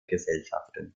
gesellschaften